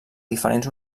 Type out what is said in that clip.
diferents